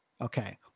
Okay